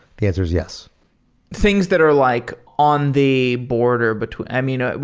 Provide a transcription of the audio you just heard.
the answer is yes things that are like on the border between i mean,